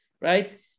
right